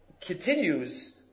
continues